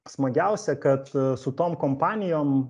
smagiausia kad su tom kompanijom